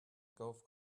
golf